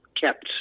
kept